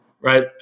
right